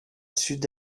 sud